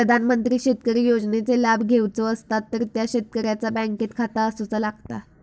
प्रधानमंत्री शेतकरी योजनेचे लाभ घेवचो असतात तर त्या शेतकऱ्याचा बँकेत खाता असूचा लागता